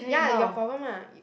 ya your problem ah you